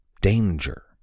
Danger